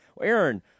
Aaron